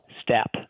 step